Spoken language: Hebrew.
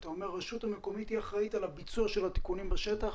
אתה אומר שהרשות המקומית אחראית על הביצוע של התיקונים בשטח?